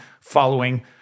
following